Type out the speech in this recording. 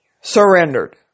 surrendered